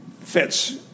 fits